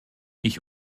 ich